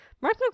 Mark